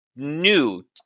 new